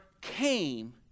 came